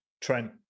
trent